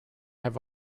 have